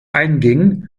einging